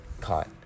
caught